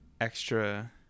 extra